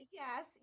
yes